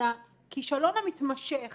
אז הכישלון המתמשך